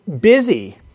busy